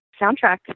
soundtrack